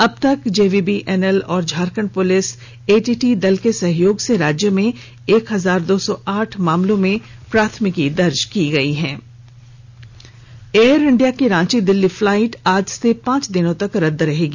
अब तक जेवीबीएनएल और झारखंड पुलिस एटीटी दल के सहयोग से राज्य में एक हजार दो सौ आठ मामलों में प्राथमिकी दर्ज की गयी एयर इंडिया की रांची दिल्ली फ्लाइट आज से पांच दिनों तक रद्द रहेगी